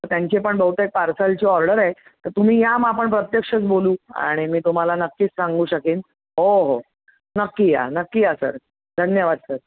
तर त्यांची पण बहुतेक पार्सलची ऑर्डर आहे तर तुम्ही या मग आपण प्रत्यक्षच बोलू आणि मी तुम्हाला नक्कीच सांगू शकेन हो हो नक्की या नक्की या सर धन्यवाद सर